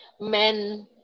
men